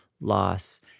loss